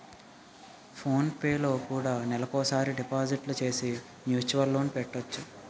phone పేలో కూడా నెలకోసారి డిపాజిట్లు సేసి మ్యూచువల్ లోన్ పెట్టొచ్చు